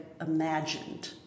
imagined